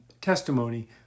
testimony